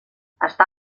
està